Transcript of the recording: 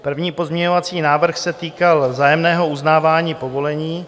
První pozměňovací návrh se týkal vzájemného uznávání povolení.